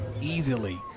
easily